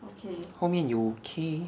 后面有 K